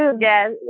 Yes